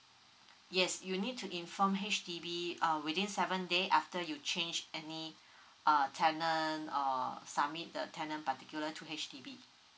yes you need to inform H_D_B uh within seven day after you change any uh tenant or submit the tenant particular to H_D_B